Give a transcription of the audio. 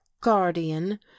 guardian